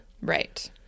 Right